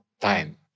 time